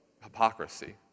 hypocrisy